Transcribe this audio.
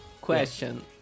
question